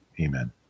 Amen